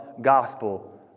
gospel